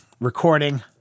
recording